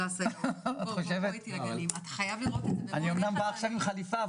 אני אומנם באתי לפה עם חליפה,